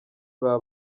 baba